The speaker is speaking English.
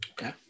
Okay